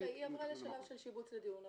אוקי, היא עברה לשלב של שיבוץ לדיון.